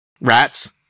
rats